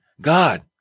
God